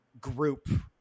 group